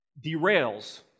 derails